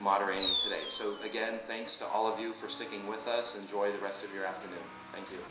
moderating today. so again, thanks to all of you for sticking with us, enjoy the rest of your afternoon, thank you.